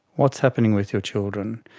what's happening with your children?